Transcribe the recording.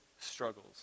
struggles